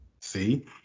See